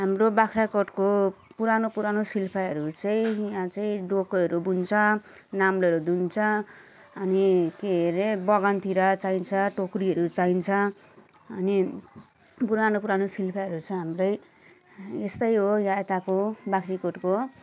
हाम्रो बाग्राकोटको पुरानो पुरानो शिल्पहरू चाहिँ अझै डोकोहरू बुन्छ नाम्लोहरू बुन्छ अनि के अरे बगानतिर चाहिन्छ टोकरीहरू चाहिन्छ अनि पुरानो पुरानो शिल्पहरू छ हाम्रै यस्तै हो यहाँ यताको बाख्राकोटको